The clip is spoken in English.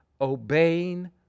obeying